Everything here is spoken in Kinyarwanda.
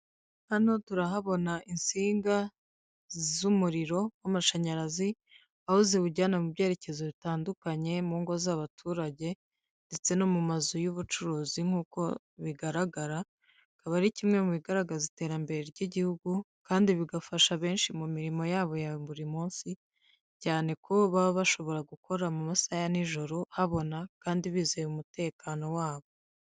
Hano turahabona insinga z'umuriro w'amashanyarazi, aho ziwujyana mu byerekezo bitandukanye mu ngo z'abaturage ndetse no mu mazu y'ubucuruzi nk'uko bigaragara, akaba ari kimwe mu bigaragaza iterambere ry'igihugu, kandi bigafasha benshi mu mirimo yabo ya buri munsi, cyane ko baba bashobora gukora mu masaha ya nijoro habona kandi bizeye umutekano wabo.